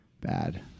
Bad